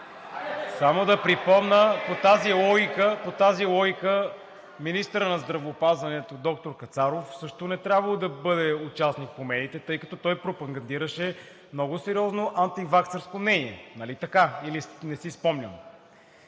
Само да припомня. По тази логика министърът на здравеопазването доктор Кацаров също не е трябвало да бъде участник по медиите, тъй като той пропагандираше много сериозно антиваксърско мнение. Нали така? Или не си спомням?